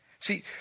See